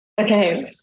okay